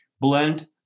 blend